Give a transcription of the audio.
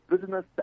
business